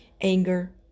anger